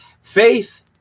faith